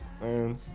man